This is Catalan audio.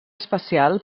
especial